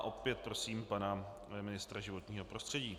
Opět prosím pana ministra životního prostředí.